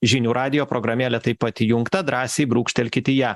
žinių radijo programėlė taip pat įjungta drąsiai brūkštelkit į ją